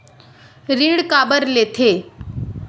ऋण काबर लेथे?